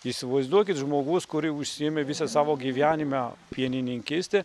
įsivaizduokit žmogus kuri užsiėmė visą savo gyvenime pienininkyste